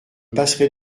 passerai